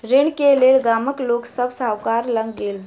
ऋण के लेल गामक लोक सभ साहूकार लग गेल